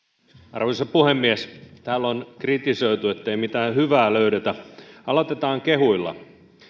arvoisa puhemies täällä on kritisoitu ettei mitään hyvää löydetä aloitetaan kehuilla